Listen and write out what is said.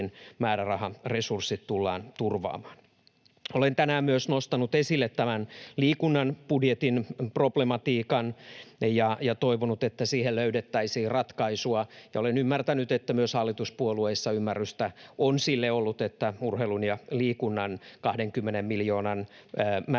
määräraharesurssit tullaan turvaamaan. Olen tänään nostanut esille myös liikunnan budjetin problematiikan ja toivonut, että siihen löydettäisiin ratkaisu. Olen ymmärtänyt, että myös hallituspuolueissa on ollut ymmärrystä sille, että urheilun ja liikunnan 20 miljoonan